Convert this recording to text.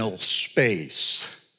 space